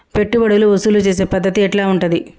పెట్టుబడులు వసూలు చేసే పద్ధతి ఎట్లా ఉంటది?